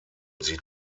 sieht